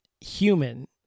human